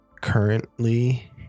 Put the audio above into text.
Currently